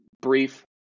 brief